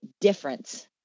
difference